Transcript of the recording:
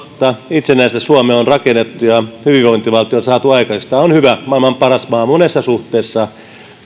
itsenäistä suomea on rakennettu ja hyvinvointivaltio on saatu aikaiseksi tämä on hyvä maailman paras maa monessa suhteessa